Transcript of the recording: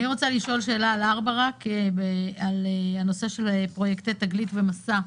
אני רוצה לשאול שאלה על הנושא של פרויקטי תגלית ומסע,